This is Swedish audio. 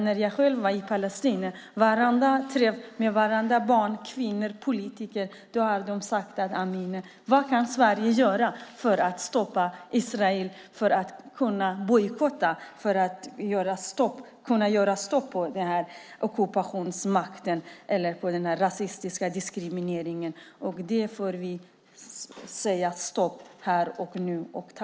När jag själv var i Palestina fick jag i varenda träff med vartenda barn, varenda kvinna och varenda politiker höra: Amineh, vad kan Sverige göra för att stoppa Israel och bojkotta för att sätta stopp för ockupationsmakten och den rasistiska diskrimineringen? Det får vi sätta stopp för här och nu.